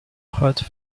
hot